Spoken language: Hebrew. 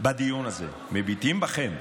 בדיון הזה, מביטים בכם.